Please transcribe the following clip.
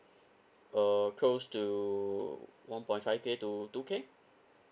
uh close to one point five K to two K